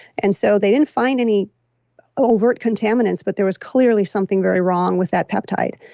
and so they didn't find any overt contaminants but there was clearly something very wrong with that peptide.